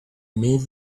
made